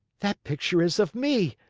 that picture is of me!